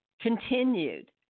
continued